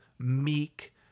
Meek